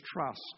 trust